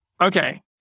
Okay